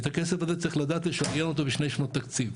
את הכסף הזה צריך לדעת לשריין אותו בשני שנות תקציב.